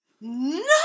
no